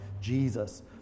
Jesus